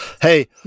Hey